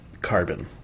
carbon